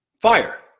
Fire